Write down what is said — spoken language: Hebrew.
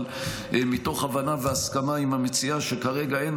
אבל מתוך הבנה והסכמה עם המציעה שכרגע אין